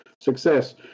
success